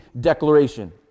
declaration